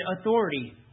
authority